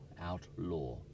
outlaw